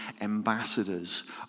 ambassadors